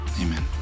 Amen